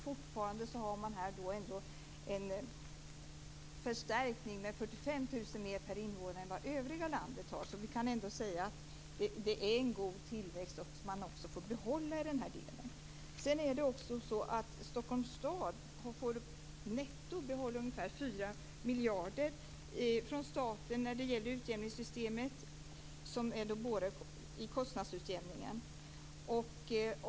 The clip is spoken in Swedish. Fortfarande har man här ändå en förstärkning med 45 000 mer per invånare än vad övriga landet har. Vi kan ändå säga att det är en god tillväxt, som man också får behålla, i denna del. Stockholms stad får netto behålla ungefär 4 miljarder från staten när det gäller utjämningssystemet.